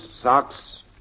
socks